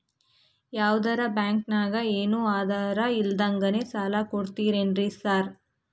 ಯಾವದರಾ ಬ್ಯಾಂಕ್ ನಾಗ ಏನು ಆಧಾರ್ ಇಲ್ದಂಗನೆ ಸಾಲ ಕೊಡ್ತಾರೆನ್ರಿ ಸಾರ್?